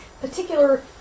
particular